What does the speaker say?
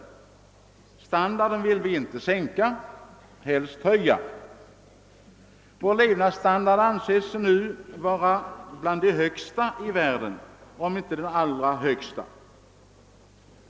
Vår standard vill vi inte sänka utan helst höja. Vår levnadsstandard anses nu vara bland de högsta i världen, om inte den allra högsta.